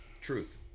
Truth